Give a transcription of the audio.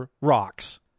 Rocks